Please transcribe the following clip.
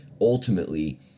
ultimately